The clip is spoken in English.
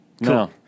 No